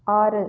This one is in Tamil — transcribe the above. ஆறு